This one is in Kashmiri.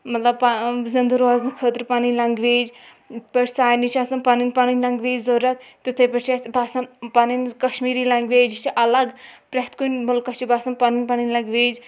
مطلب زِنٛدٕ روزنہٕ خٲطرٕ پَنٕنۍ لنٛگویج یِتھ پٲٹھۍ سارنی چھِ آسان پَنٕنۍ پَنٕنۍ لنٛگویج ضوٚرتھ تِتھَے پٲٹھۍ چھِ اَسہِ باسان پَنٕنۍ یہِ کَشمیٖری لنٛگویج یہِ چھِ اَلگ پرٛٮ۪تھ کُنہِ مُلکَس چھِ باسان پَنٕنۍ پَنٕنۍ لنٛگویج